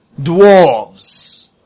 dwarves